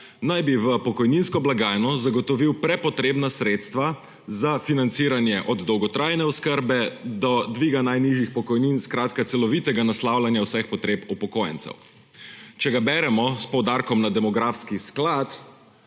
naj bi v pokojninsko blagajno zagotovil prepotrebna sredstva za financiranje od dolgotrajne oskrbe do dviga najnižjih pokojnin, skratka celovitega naslavljanja vseh potreb upokojencev. Če ga beremo s poudarkom na »demografski sklad«,